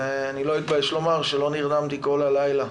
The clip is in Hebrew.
ולא אתבייש לומר שבעקבותיה לא נרדמתי כל הלילה,